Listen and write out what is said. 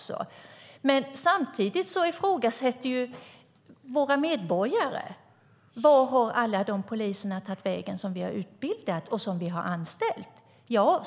Samtidigt ifrågasätter våra medborgare: Vart har alla de poliser tagit vägen som vi har utbildat och anställt?